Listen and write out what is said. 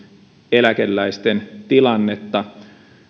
eläkeläisten tilannetta